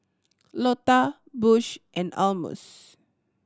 Lota Bush and Almus